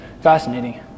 Fascinating